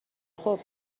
خوب